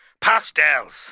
Pastels